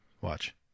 Watch